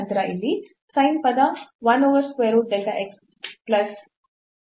ನಂತರ ಇಲ್ಲಿ sin ಪದ 1 over square root delta x plus